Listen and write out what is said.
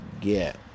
get